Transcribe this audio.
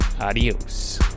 Adios